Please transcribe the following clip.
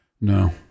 No